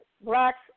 blacks